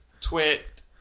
Twit